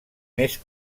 més